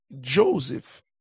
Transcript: Joseph